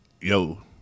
yo